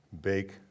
bake